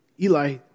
Eli